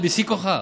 היא בשיא כוחה.